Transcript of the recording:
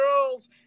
girls